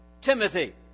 Timothy